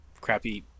crappy